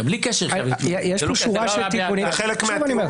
זה חלק מהטיעון.